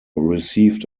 received